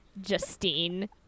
Justine